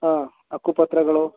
ಹಾಂ ಹಕ್ಕುಪತ್ರಗಳು